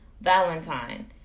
Valentine